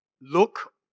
look